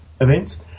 events